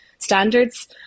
standards